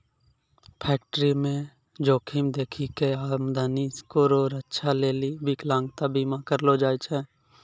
फैक्टरीमे जोखिम देखी कय आमदनी रो रक्षा लेली बिकलांता बीमा करलो जाय छै